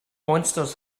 monsters